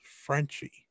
Frenchie